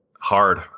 hard